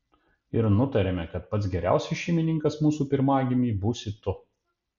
ir nutarėme kad pats geriausias šeimininkas mūsų pirmagimiui būsi tu